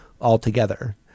altogether